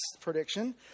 prediction